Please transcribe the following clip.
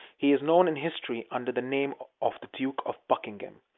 he is known in history under the name of the duke of buckingham.